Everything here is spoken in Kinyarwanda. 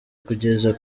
kugeza